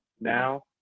now